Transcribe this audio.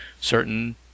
certain